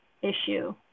issue